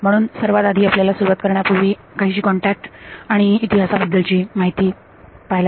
म्हणून सर्वात आधी आपल्याला सुरुवात करण्यापूर्वी काहीशी कॉन्टॅक्ट आणि इतिहासाबद्दलची माहिती पाहूया